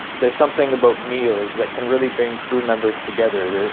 there's something about meals that can really bring crew members together.